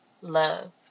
love